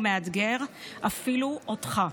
ומאתגר אפילו אותך.